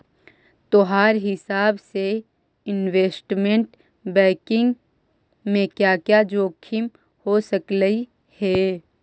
तोहार हिसाब से इनवेस्टमेंट बैंकिंग में क्या क्या जोखिम हो सकलई हे